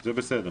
זה בסדר.